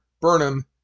Burnham